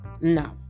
no